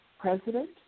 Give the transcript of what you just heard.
president